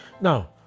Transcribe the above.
Now